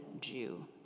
Jew